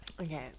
Okay